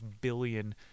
billion